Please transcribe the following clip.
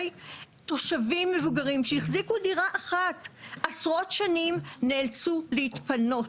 תושבים מבוגרים שהחזיקו דירה אחת עשרות שנים נאלצו להתפנות,